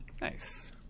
Nice